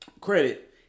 credit